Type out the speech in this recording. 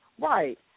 Right